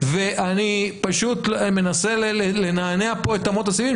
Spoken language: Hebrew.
אני מנסה לנענע פה את אמות הספים,